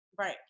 Right